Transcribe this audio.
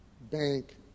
bank